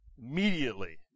Immediately